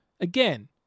Again